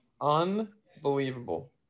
Unbelievable